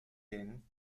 ging